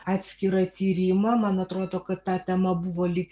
atskirą tyrimą man atrodo kad ta tema buvo lyg